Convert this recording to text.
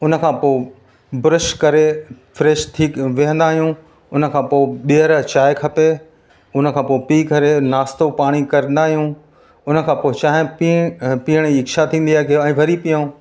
उनखां पोइ ब्रश करे फ़्रेश थी वेहंदा आहियूं उनखां पोइ ॿीहर चांहि खपे उनखां पोइ पी करे नास्तो पाणी कंदा आहियूं उनखां पोइ चांहि पी पीअण जी इच्छा थींदी आहे की ऐं वरी पियूं